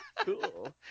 cool